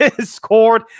scored